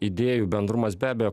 idėjų bendrumas be abejo